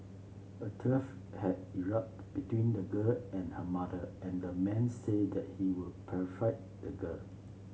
a tuff had erupted between the girl and her mother and a man said that he would perfect the girl